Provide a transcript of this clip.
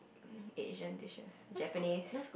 Asian dishes Japanese